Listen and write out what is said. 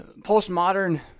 postmodern